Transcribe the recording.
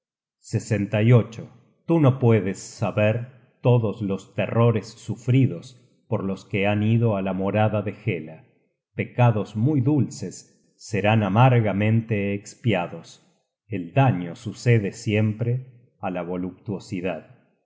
los ojos cruelmente tú no puedes saber todos los terrores sufridos por los que han ido á la morada de hela pecados muy dulces serán amargamente espiados el daño sucede siempre á la